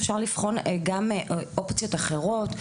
אפשר לבחון גם אופציות אחרות.